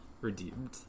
redeemed